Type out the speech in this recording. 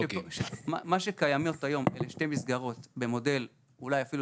על העלייה בהשקעה בבריאות הנפש באחוז אחד